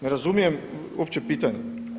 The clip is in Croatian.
Ne razumijem uopće pitanje.